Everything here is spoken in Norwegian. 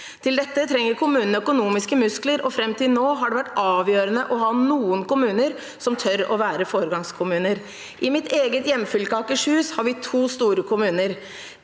Til dette trenger kommunene økonomiske muskler, og fram til nå har det vært avgjørende å ha noen kommuner som tør å være foregangskommuner. I mitt eget hjemfylke, Akershus, har vi to store kommuner,